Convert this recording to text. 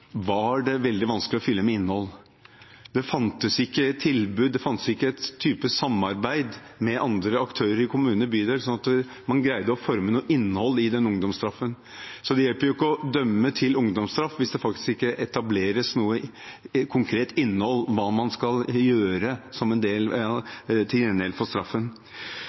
var det veldig vanskelig å fylle med innhold. Det fantes ikke tilbud, det fantes ikke en type samarbeid med andre aktører i kommune/bydel sånn at man greide å forme noe innhold i den ungdomsstraffen. Det hjelper jo ikke å dømme noen til ungdomsstraff hvis det ikke faktisk etableres noe konkret innhold om hva man skal gjøre